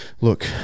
Look